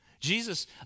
Jesus